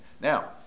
now